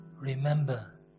remember